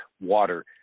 water